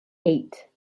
eight